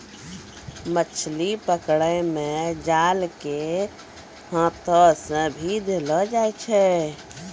मछली पकड़ै मे जाल के हाथ से भी देलो जाय छै